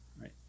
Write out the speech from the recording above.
right